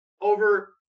over